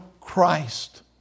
Christ